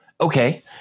Okay